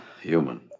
Human